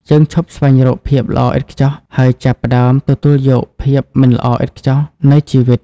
យើងឈប់ស្វែងរកភាពល្អឥតខ្ចោះ ហើយចាប់ផ្តើមទទួលយក "ភាពមិនល្អឥតខ្ចោះ" នៃជីវិត។